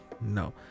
no